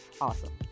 awesome